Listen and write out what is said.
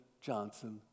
Johnson